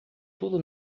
tudo